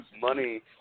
money